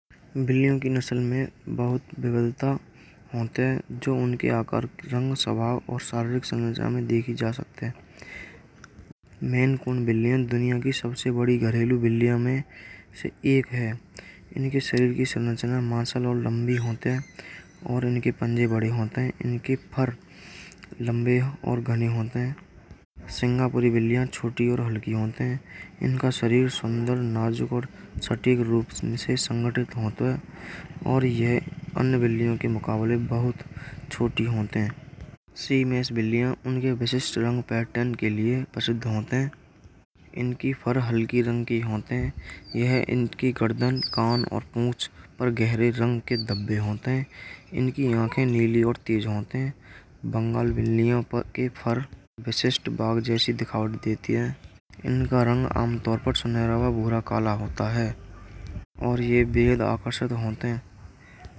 बिल्लियों की नस्ल में बहुत बदलाव होते हैं। जो उनके आकार का रंग स्वभाव और शारीरिक संयोजन में देख जा सकते हैं। मैंकुंड बिलिया दुनिया की सबसे बड़ी घरेलू बिल्लियों में एक है। इनके शरीर की रचना मसल और लंबी होती है और उनके पंजे बड़े होते हैं इनके दूर लंबे और घने होते हैं। सिंगापुर बिल्लियाँ छोटी और हल्की होती हैं इनका शरीर सुंदर नाजुक और सातिक रूप से संगत होता है। और अन्य बिल्लियों के मुकाबले बहुत छोटे होते हैं। सीमेन्स बिल्लियाँ उनके विशेष सुरंग पैटर्न के लिए प्रसिद्ध होती हैं। इनकी फर हल्के के रंग की होती हैं। यह इनकी गर्दन कान और पूँछ पर गहरे रंग के डब्बे होते हैं। इनकी आँखें नीली और तेज होती हैं। बंगाल बिल्लियों पर के फर विशिष्ट बाघ जैसी दिखावट देते हैं। इनका रंग अमतौर पर आमतौर पर सुनहरा और भूरा काला होता है। और यह बेल आकर्षित होते हैं।